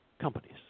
companies